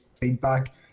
feedback